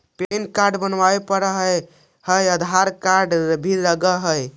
Pan card बनावे पडय है आधार कार्ड भी लगहै?